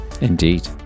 indeed